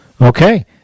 Okay